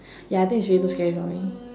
ya I think it's really too scary for me